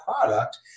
product